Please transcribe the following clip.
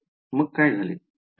मग काय झाले